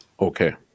Okay